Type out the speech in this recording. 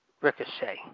Ricochet